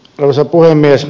arvoisa puhemies